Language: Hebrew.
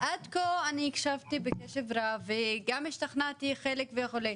עד כה אני הקשבתי בקשב רב וגם השתכנעתי בחלק וכו',